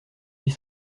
huit